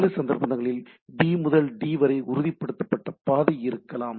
சில சந்தர்ப்பங்களில் பி முதல் டி வரை உறுதிப்படுத்தப்பட்ட பாதை இருக்கலாம்